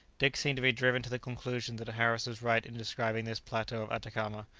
dick seemed to be driven to the conclusion that harris was right in describing this plateau of atacama,